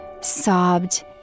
sobbed